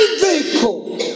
vehicle